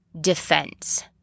defense